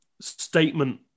statement